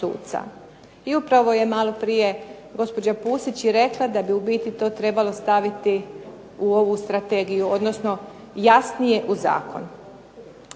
I upravo je malo prije gospođa Pusić rekla da bi to trebalo staviti u ovu strategiju odnosno jasnije u zakon.